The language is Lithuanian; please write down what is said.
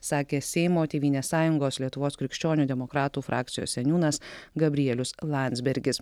sakė seimo tėvynės sąjungos lietuvos krikščionių demokratų frakcijos seniūnas gabrielius landsbergis